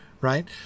right